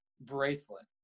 bracelet